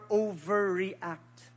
overreact